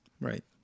Right